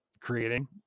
creating